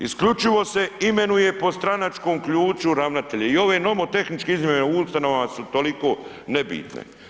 Isključivo se imenuje po stranačkom ključu ravnatelje i ove nomotehničke izmjene o ustanovama su toliko nebitne.